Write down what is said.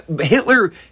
Hitler